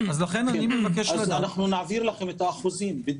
נעביר לכם את האחוזים.